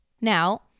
Now